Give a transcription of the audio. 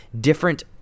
different